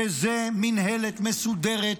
וזה מינהלת מסודרת,